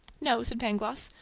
no, said pangloss,